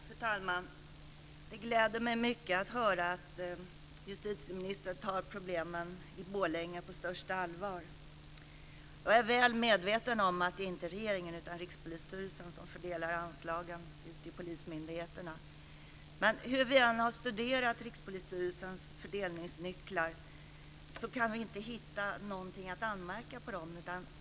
Fru talman! Det gläder mig mycket att höra att justitieministern tar problemen i Borlänge på största allvar. Jag är väl medveten om att det inte är regeringen utan Rikspolisstyrelsen som fördelar anslagen ut till polismyndigheterna. Men hur vi än har studerat Rikspolisstyrelsens fördelningsnycklar kan vi inte hitta något att anmärka på.